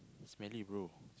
smelly bro